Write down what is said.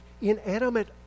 inanimate